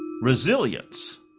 resilience